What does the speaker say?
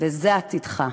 וזה עתידך.